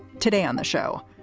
today on the show?